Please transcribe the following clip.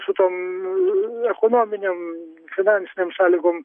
su tom ekonominėm finansinėm sąlygom